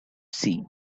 see